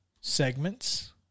segments